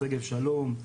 שגב שלום,